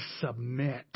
submit